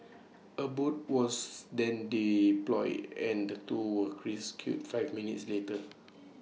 A boat was then deployed and the two were rescued five minutes later